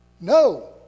no